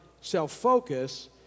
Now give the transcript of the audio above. self-focus